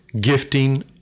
gifting